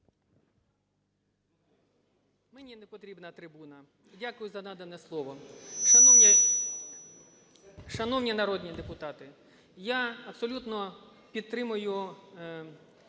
Мені не потрібна трибуна. І дякую за надане слово. Шановні народні депутати, я абсолютно підтримую